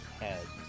heads